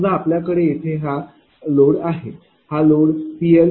समजा आपल्याकडे येथे हा लोड आहे हा लोड PLjQLआहे